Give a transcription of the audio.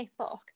facebook